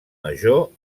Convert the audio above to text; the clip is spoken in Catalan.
major